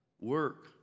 work